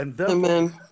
Amen